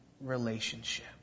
relationship